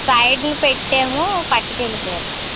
side న పెట్టాము పట్టుకెళ్ళిపోయారు సార్